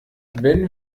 wenn